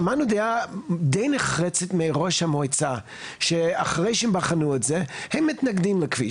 שמענו דעה די נחרצת מראש המועצה שאחרי שהם בחנו את זה הם מתנגדים לכביש.